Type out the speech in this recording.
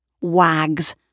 wags